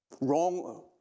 wrong